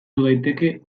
daiteke